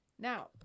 Now